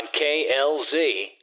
KLZ